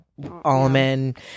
almond